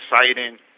exciting